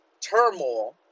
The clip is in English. turmoil